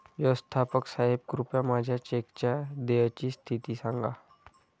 व्यवस्थापक साहेब कृपया माझ्या चेकच्या देयची स्थिती सांगा